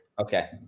Okay